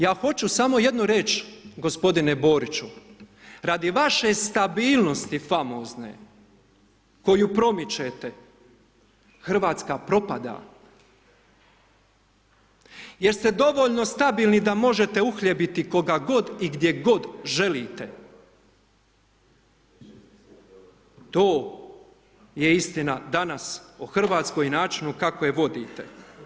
Ja hoću samo jedno reći gospodine Boriću, radi vaše stabilnosti famozne koju promičete, RH propada jer ste dovoljno stabilni da možete uhljebiti koga god i gdje god želite, to je istina danas o RH i načinu kako je vodite.